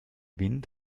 wind